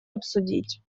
обсудить